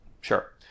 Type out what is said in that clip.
Sure